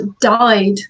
died